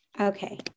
okay